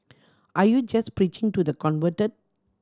are you just preaching to the convert